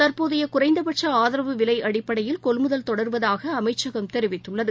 தற்போதையகுறைந்தபட்கஆதரவு விலைஅடிப்படையில் கொள்முதல் தொடருவதாகஅமைச்சகம் தெரிவித்துள்ளது